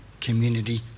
community